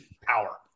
power